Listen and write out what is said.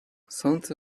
сонце